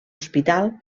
hospital